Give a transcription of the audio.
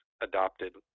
adopted